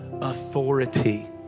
authority